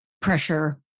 pressure